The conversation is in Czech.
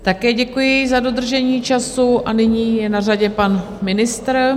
Také děkuji za dodržení času a nyní je na řadě pan ministr.